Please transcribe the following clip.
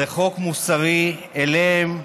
זה חוק מוסרי כלפיהם,